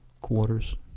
quarters